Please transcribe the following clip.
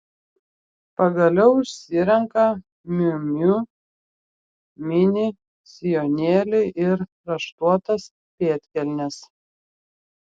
pagaliau išsirenka miu miu mini sijonėlį ir raštuotas pėdkelnes